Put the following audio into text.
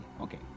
okay